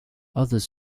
others